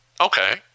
Okay